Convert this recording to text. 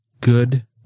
good